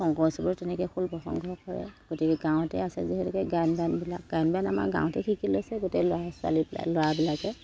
শংকৰ উৎসৱত তেনেকৈ খোল প্ৰসঙ্গ কৰে গতিকে গাঁৱতে আছে যিহেতুকে গায়ন বায়নবিলাক গায়ন বায়ন আমাৰ গাঁৱতে শিকি লৈছে গোটেই ল'ৰা ছোৱালীবিলাক ল'ৰাবিলাকে